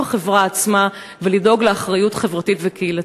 החברה עצמה ולדאוג לאחריות חברתית וקהילתית.